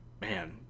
man